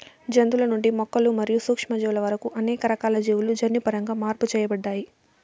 జంతువుల నుండి మొక్కలు మరియు సూక్ష్మజీవుల వరకు అనేక రకాల జీవులు జన్యుపరంగా మార్పు చేయబడ్డాయి